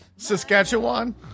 Saskatchewan